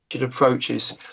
approaches